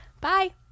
Bye